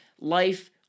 life